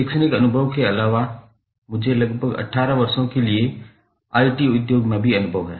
शैक्षणिक अनुभव के अलावा मुझे लगभग 18 वर्षों के लिए आईटी उद्योग में भी अनुभव है